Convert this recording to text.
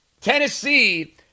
Tennessee